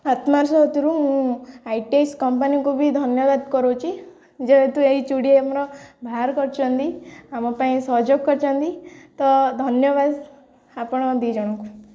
ଆତ୍ମଶ ଋତରୁ ମୁଁ I T S କମ୍ପାନୀକୁ ବି ଧନ୍ୟବାଦ କରୁଛି ଯେହେତୁ ଏଇ ଚୁଡ଼ି ଆମର ବାହାର କରିଛନ୍ତି ଆମ ପାଇଁ ସହଯୋଗ କରିଛନ୍ତି ତ ଧନ୍ୟବାଦ ଆପଣ ଦୁଇ ଜଣଙ୍କୁ